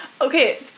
Okay